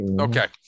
Okay